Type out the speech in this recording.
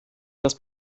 das